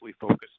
focused